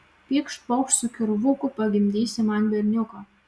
pykšt pokšt su kirvuku pagimdysi man berniuką